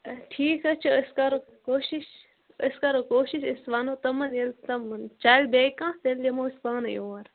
ٹھیٖک حظ چھُ أسۍ کَرو کوٗشِش أسۍ کَرو کوٗشِش أسۍ ونو تِمن ییٚلہِ تِمن چلہِ بیٚیہِ کانٛہہ تیٚلہِ یِمو أسۍ پانے اور